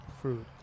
fruit